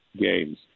games